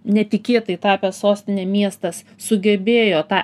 netikėtai tapęs sostine miestas sugebėjo tą